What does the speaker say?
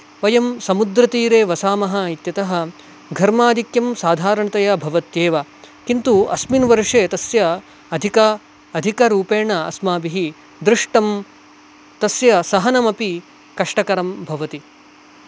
वयं समुद्रतीरे वसामः इत्यतः घर्माधिक्यं साधारणतया भवत्येव किन्तु अस्मिन् वर्षे तस्य अधिक अधिकरूपेण अस्माभिः दृष्टं तस्य सहनमपि कष्टकरं भवति